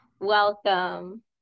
welcome